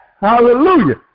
Hallelujah